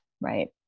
right